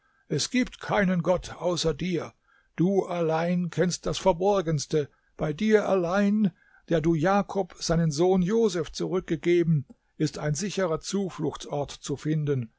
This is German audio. es gibt keinen gott außer dir du allein kennst das verborgenste bei dir allein der du jakob seinen sohn joseph zurückgegeben ist ein sicherer zufluchtsort zu finden